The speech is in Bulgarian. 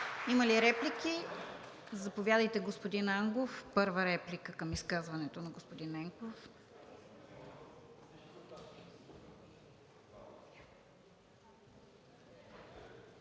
Има ли реплики? Заповядайте, господин Ангов, за първа реплика към изказването на господин Ненков.